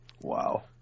Wow